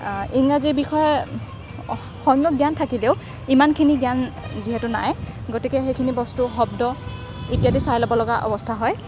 ইংৰাজী বিষয়ে সম্যক জ্ঞান থাকিলেও ইমানখিনি জ্ঞান যিহেতু নাই গতিকে সেইখিনি বস্তু শব্দ ইত্যাদি বস্তু চাই ল'ব লগা হয়